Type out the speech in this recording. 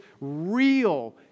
real